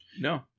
No